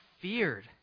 feared